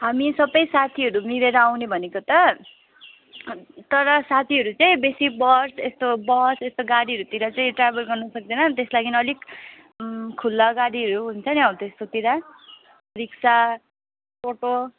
हामी सबै साथीहरू मिलेर आउने भनेको त तर साथीहरू चाहिँ बेसी बस यस्तो बस यस्तो गाडीहरूतिर चाहिँ ट्राभल गर्नु सक्दैन त्यसको लागि अलिक खुल्ला गाडीहरू हुन्छ नि हौ त्यस्तोतिर रिक्सा टोटो